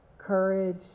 courage